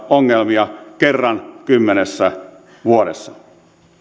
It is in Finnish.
ongelmia kerran kymmenessä vuodessa